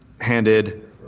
handed